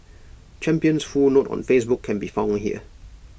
champion's full note on Facebook can be found here